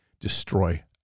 destroy